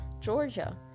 Georgia